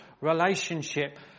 relationship